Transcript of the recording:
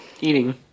Eating